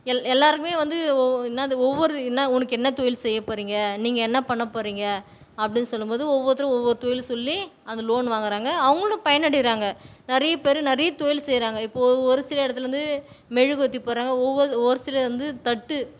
L எல்லோருக்குமே வந்து ஓ என்னாது ஒவ்வொரு என்ன உனக்கு என்ன தொழில் செய்ய போகிறிங்க நீங்கள் என்ன பண்ண போகிறிங்க அப்படின்னு சொல்லும் போது ஒவ்வொருத்தரும் ஒவ்வொரு தொழில சொல்லி அந்த லோன் வாங்குகிறாங்க அவங்களும் பயனடைகிறாங்க நிறைய பேர் நிறைய தொழிலு செய்கிறாங்க இப்போது ஒரு சில இடத்துல வந்து மெழுகுவர்த்தி போடுறாங்க ஒவ்வொரு ஒரு சிலர் வந்து தட்டு